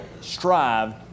strive